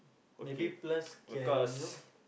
maybe plus can you know